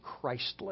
Christless